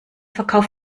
verkauf